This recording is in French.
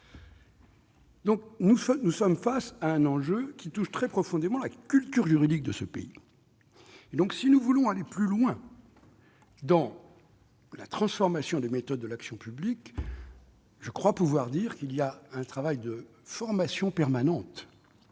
Nous sommes donc face à un enjeu qui touche très profondément la culture juridique de ce pays. Si nous voulons aller plus loin dans la transformation de méthodes de l'action publique, nous devons effectuer un travail de formation permanente